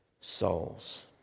souls